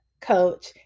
coach